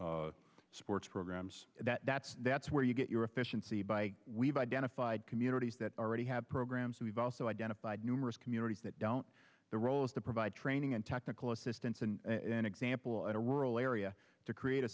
to sports programs that that's where you get your efficiency by we've identified communities that already have programs we've also identified numerous communities that don't the role is to provide training and technical assistance and an example at a rural area to create a